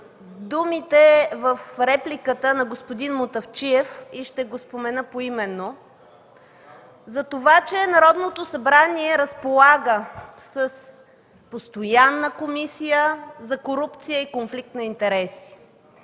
думите в репликата на господин Мутафчиев, и ще го спомена поименно, за това, че Народното събрание разполага с Постоянна комисия за корупция и конфликт на интереси.